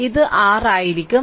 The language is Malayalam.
ഇത് 6 ആയിരിക്കും